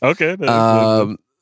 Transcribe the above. Okay